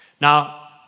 Now